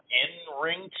in-ring